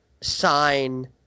sign